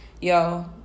Yo